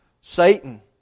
Satan